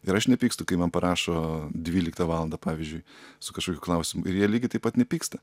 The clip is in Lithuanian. ir aš nepykstu kai man parašo dvyliktą valandą pavyzdžiui su kažkokiu klausimu ir jie lygiai taip pat nepyksta